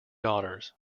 daughters